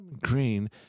green